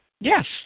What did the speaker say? Yes